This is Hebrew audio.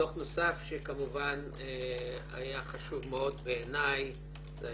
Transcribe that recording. דוח נוסף שכמובן היה חשוב מאוד בעיניי היה